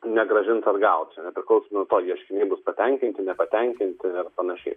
negrąžins atgal čia nepriklausomai nuo to ieškiniai bus patenkinti nepatenkinti ir panašiai